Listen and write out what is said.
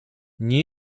nie